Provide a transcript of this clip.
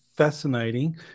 Fascinating